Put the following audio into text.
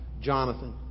Jonathan